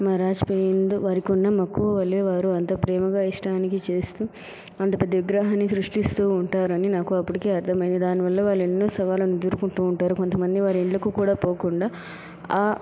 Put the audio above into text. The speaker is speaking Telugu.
మహారాజ్పై యందు వారికున్న మక్కువవలె వారు అంత ప్రేమగా ఇష్టానికి చేస్తూ అంత పెద్ద విగ్రహాన్ని సృష్టిస్తూ ఉంటారని నాకు అప్పటికే అర్ధమైంది దాని వల్ల వాళ్ళు ఎన్నో సవాలను ఎదుర్కుంటూ ఉంటారు కొంత మంది వారి ఇండ్లకి కూడా పోకుండా